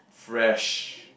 fresh